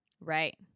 Right